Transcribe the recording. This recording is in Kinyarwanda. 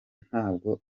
ntabwo